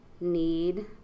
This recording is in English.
need